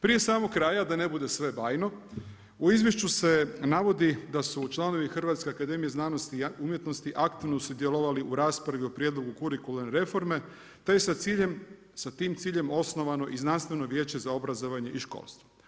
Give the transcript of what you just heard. Prije samog kraja, da ne bude sve bajno, u izvješću se navodi da su članovi Hrvatske akademije znanosti umjetnosti aktivno sudjelovali u raspravi o prijedlogu kurikularne reforme te je sa ciljem, sa tim ciljem osnovano i Znanstveno vijeće za obrazovanje i školstvo.